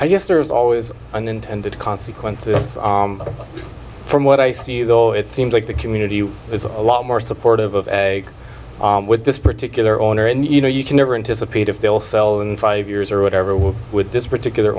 i guess there's always unintended consequences from what i see though it seems like the community is a lot more supportive of egg with this particular owner and you know you can never anticipate if they'll sell in five years or whatever it was with this particular